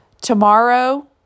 tomorrow